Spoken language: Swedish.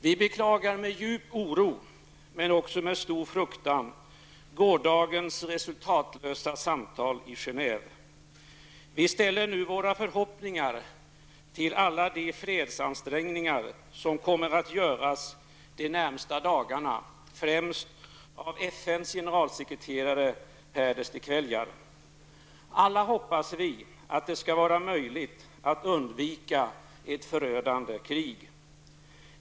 Vi beklagar med djup oro, men också med stor fruktan, gårdagens resultatlösa samtal i Genève. Vi ställer nu våra förhoppningar till alla de fredsansträngningar som kommer att göras de närmaste dagarna, främst av FNs generalsekreterare Pérez de Cuellar. Vi hoppas alla att det skall vara möjligt att undvika ett förödande krig.